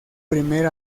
primer